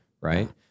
Right